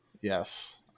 Yes